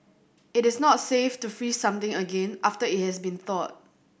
it is not safe to freeze something again after it has been thawed